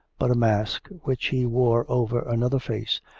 but a mask which he wore over another face,